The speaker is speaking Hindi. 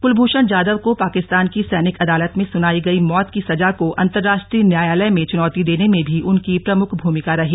कूलभूषण जाधव को पाकिस्तान की सैनिक अदालत में सुनाई गई मौत की सजा को अंतरराष्ट्रीय न्यायालय में चुनौती देने में भी उनकी प्रमुख भूमिका रही